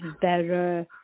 better